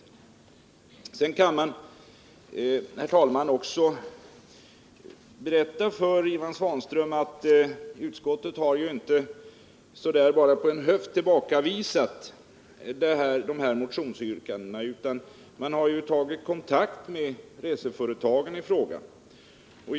Herr talman! Jag kan också berätta för Ivan Svanström att utskottet inte bara på en höft har tillbakavisat motionsyrkandena, utan vi har tagit kontakt med reseföretagen i fråga.